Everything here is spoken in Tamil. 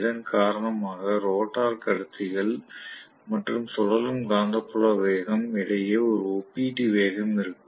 இதன் காரணமாக ரோட்டார் கடத்திகள் மற்றும் சுழலும் காந்தப்புல வேகம் இடையே ஒரு ஒப்பீட்டு வேகம் இருக்கும்